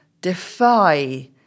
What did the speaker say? defy